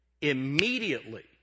Immediately